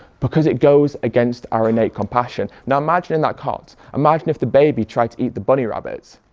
because it goes against our innate compassion. now imagine in that cot, imagine if the baby tried to eat the bunny rabbit.